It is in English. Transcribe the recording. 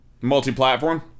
multi-platform